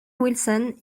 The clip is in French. wilson